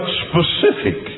specific